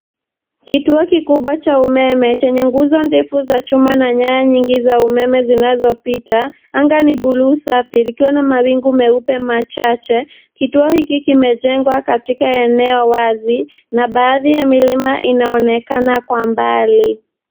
Kituo kikubwa cha umeme chenye nguzo ndefu za chuma na nyaya nyingi za umeme zinazo pita. Anga ni bluu safi likiwa na mawingu meupe machache. Kituo hiki kimejengwa katika eneo wazi na baadhi ya milima inaonekana kwa mbali.